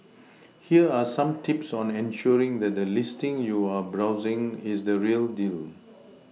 here are some tips on ensuring that the listing you are browsing is the real deal